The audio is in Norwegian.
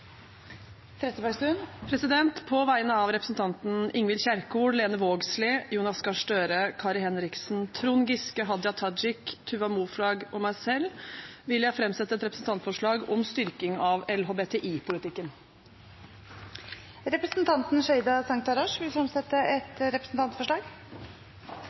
Trettebergstuen vil fremsette et representantforslag. På vegne av representantene Ingvild Kjerkol, Lene Vågslid, Jonas Gahr Støre, Kari Henriksen, Trond Giske, Hadia Tajik, Tuva Moflag og meg selv vil jeg framsette et representantforslag om styrking av LHBTI-politikken. Representanten Sheida Sangtarash vil